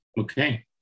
okay